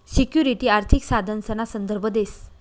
security आर्थिक साधनसना संदर्भ देस